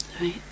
right